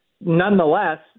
nonetheless